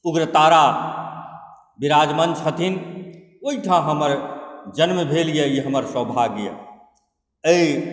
उग्रतारा विराजमान छथिन ओहिठाम हमर जन्म भेल यए ई हमर सौभग्य यए एहि